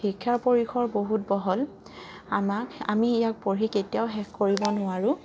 শিক্ষাৰ পৰিসৰ বহুত বহল আমাক আমি ইয়াক পঢ়ি কেতিয়াও শেষ কৰিব নোৱাৰোঁ